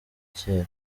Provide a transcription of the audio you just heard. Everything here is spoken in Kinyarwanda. kera